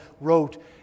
wrote